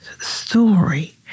story